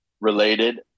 related